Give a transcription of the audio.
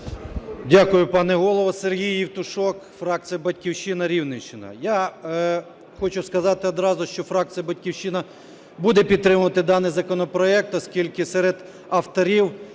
Дякую, пане Голово. Сергій Євтушок, фракція "Батьківщина", Рівненщина. Я хочу сказати одразу, що фракція "Батьківщина" буде підтримувати даний законопроект, оскільки серед авторів,